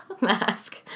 mask